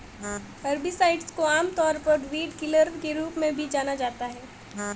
herbicides को आमतौर पर वीडकिलर के रूप में भी जाना जाता है